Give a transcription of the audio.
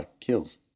kills